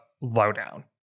lowdown